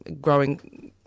growing